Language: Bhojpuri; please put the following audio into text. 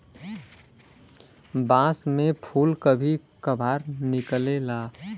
बांस में फुल कभी कभार निकलेला